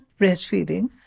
breastfeeding